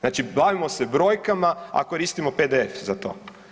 Znači bavimo se brojkama, a koristimo PDF za to.